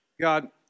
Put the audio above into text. God